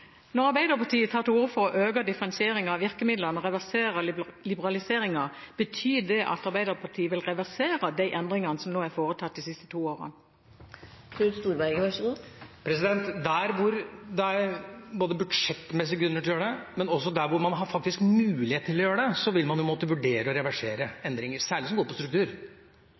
Når Arbeiderpartiet tar til orde for å øke differensieringen av virkemidlene og reversere liberaliseringen, betyr det at Arbeiderpartiet vil reversere de endringene som er foretatt de siste to årene? Der hvor det er budsjettmessige grunner til å gjøre det, men også der man faktisk har muligheten til å gjøre det, vil man måtte vurdere å reversere endringer – særlig de som handler om struktur.